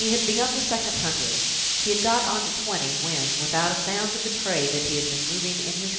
he had begun the second hundred he had got on to twenty when, without a sound to betray that he had been moving in his room,